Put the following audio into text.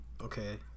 okay